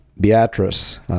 Beatrice